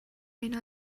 این